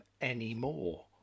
anymore